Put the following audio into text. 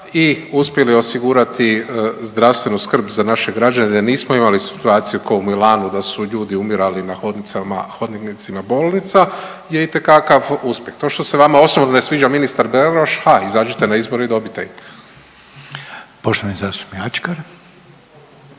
i uspjeli osigurati zdravstvenu skrb za naše građane, jer nismo imali situaciju kao u Milanu da su ljudi umirali na hodnicima bolnica je itekakav uspjeh. To što se vama osobno ne sviđa ministar Beroš, ha izađite na izbore i dobite ih. **Reiner, Željko